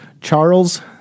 Charles